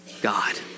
God